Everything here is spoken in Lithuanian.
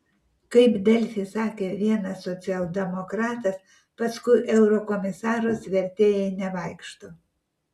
kaip delfi sakė vienas socialdemokratas paskui eurokomisarus vertėjai nevaikšto